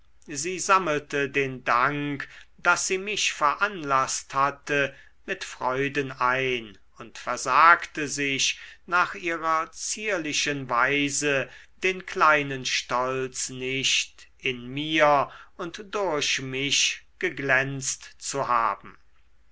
sie sammelte den dank daß sie mich veranlaßt hatte mit freuden ein und versagte sich nach ihrer zierlichen weise den kleinen stolz nicht in mir und durch mich geglänzt zu haben